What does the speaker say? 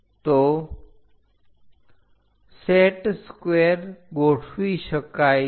તો set square ગોઠવી શકાય છે